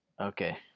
okay